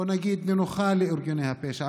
בואו נגיד, נוחה לארגוני הפשע.